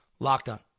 LOCKEDON